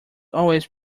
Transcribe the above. always